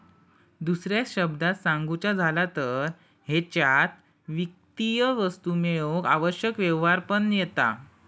दुसऱ्या शब्दांत सांगुचा झाला तर हेच्यात वित्तीय वस्तू मेळवूक आवश्यक व्यवहार पण येता